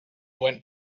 went